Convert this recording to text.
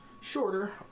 Shorter